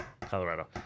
Colorado